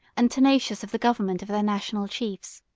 and tenacious of the government of their national chiefs.